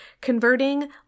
converting